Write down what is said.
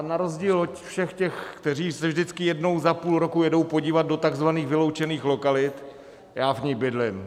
Na rozdíl od všech těch, kteří se vždycky jednou za půl roku jedou podívat do takzvaných vyloučených lokalit, já v ní bydlím.